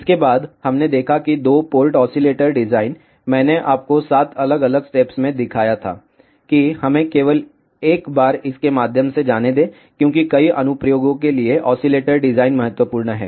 इसके बाद हमने देखा कि दो पोर्ट ऑसिलेटर डिजाइन मैंने आपको 7 अलग अलग स्टेप्स में दिखाया था कि हमें केवल एक बार इसके माध्यम से जाने दें क्योंकि कई अनुप्रयोगों के लिए ऑसीलेटर डिजाइन महत्वपूर्ण है